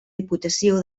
diputació